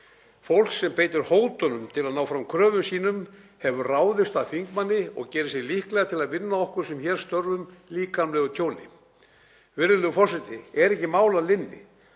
fólk sem beitir hótunum til að ná fram kröfum sínum, hefur ráðist að þingmanni og gerir sig líklegt til að vinna okkur sem hér störfum líkamlegt tjón. Virðulegur forseti. Er ekki mál að linni?